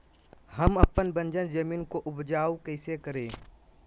हम अपन बंजर जमीन को उपजाउ कैसे करे?